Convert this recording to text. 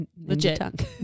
Legit